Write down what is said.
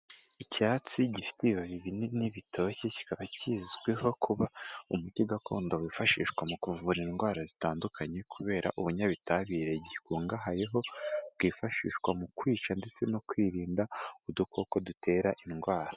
Icyatsi gifite ibibabi binini bitoshye, kikaba kizwiho kuba umuti gakondo wifashishwa mu kuvura indwara zitandukanye kubera ubunyabitabire gikungahayeho, bwifashishwa mu kwica ndetse no kwirinda udukoko dutera indwara.